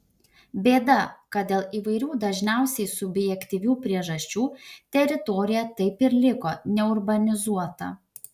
bėda kad dėl įvairių dažniausiai subjektyvių priežasčių teritorija taip ir liko neurbanizuota